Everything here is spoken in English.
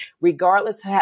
regardless